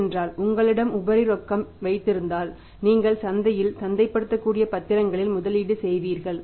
ஏனென்றால் உங்களிடம் உபரி ரொக்கம் வைத்திருந்தால் நீங்கள் சந்தையில் சந்தைப்படுத்தக்கூடிய பத்திரங்களில் முதலீடு செய்வீர்கள்